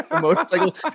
Motorcycle